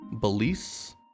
Belize